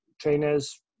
trainers